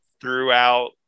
throughout